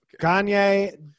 Kanye